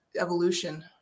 evolution